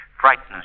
Frightens